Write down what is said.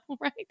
right